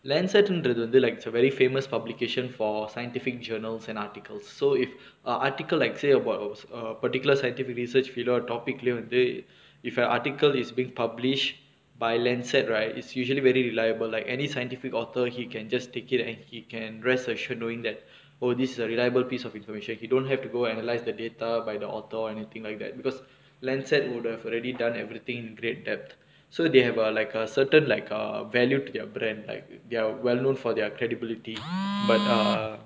lancet ன்டுறது வந்து:ndurathu vanthu like it's a very famous publication for scientific journals and articles so if our article like say about a particular scientific research without topic lah யே வந்து:yae vanthu if an article is being published by lancet right it's usually very reliable like any scientific author he can just take it and he can rest assured knowing that oh this is a reliable piece of information he don't have to go analyse the data by the author or anything like that because lancet would have already done everything in great depth so they have a like a certain like a value to their brand like they're well known for their credibility but err